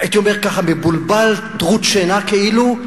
הייתי אומר, ככה מבולבל, טרוט שינה כאילו,